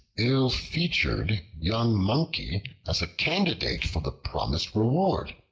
ill-featured young monkey as a candidate for the promised reward.